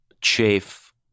chafe